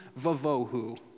vavohu